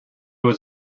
was